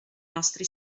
nostri